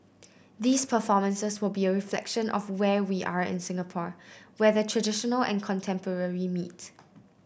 these performances will be a reflection of where we are in Singapore where the traditional and contemporary meet